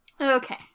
Okay